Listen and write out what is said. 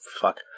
fuck